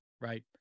right